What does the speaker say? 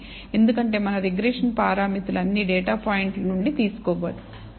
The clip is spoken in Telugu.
ఎందుకంటే మన రిగ్రెషన్ పారామితులు అన్ని డేటా పాయింట్ల నుండి తీసుకోబడ్డాయి